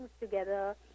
together